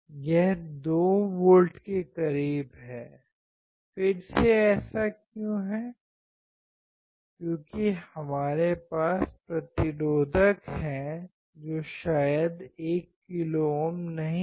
यह 2 वोल्ट के करीब है फिर से ऐसा क्यों है क्योंकि हमारे पास प्रतिरोधक हैं जो शायद 1 किलो ओम नहीं हैं